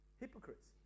Hypocrites